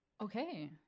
Okay